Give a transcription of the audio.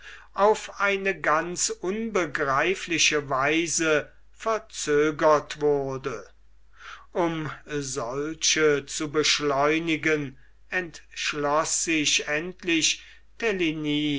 auf eine ganz unbegreifliche weise verzögert wurde um solche zu beschleunigen entschloß sich endlich